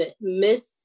miss